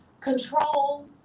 control